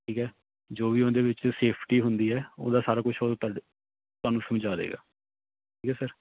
ਠੀਕ ਹੈ ਜੋ ਵੀ ਉਹਦੇ ਵਿੱਚ ਸੇਫਟੀ ਹੁੰਦੀ ਹੈ ਉਹਦਾ ਸਾਰਾ ਕੁਛ ਉਹ ਤਾਡੇ ਤੁਹਾਨੂੰ ਸਮਝਾ ਦੇਗਾ ਠੀਕ ਹੈ ਸਰ